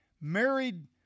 Married